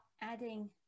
adding